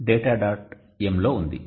m లో ఉంది